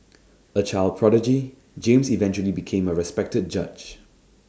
A child prodigy James eventually became A respected judge